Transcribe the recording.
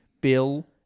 Bill